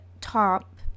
top